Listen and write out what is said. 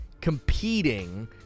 competing